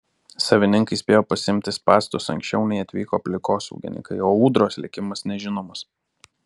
savininkai spėjo pasiimti spąstus anksčiau nei atvyko aplinkosaugininkai o ūdros likimas nežinomas